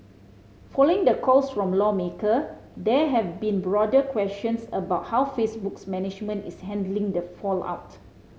following the calls from lawmaker there have been broader questions about how Facebook's management is handling the fallout